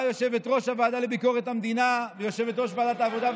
היא הייתה יושבת-ראש הוועדה לביקורת המדינה ויושבת-ראש ועדת העבודה,